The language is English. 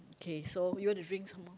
okay so you wanna drink some more